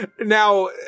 Now